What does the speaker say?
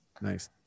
Nice